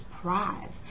prize